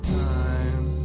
time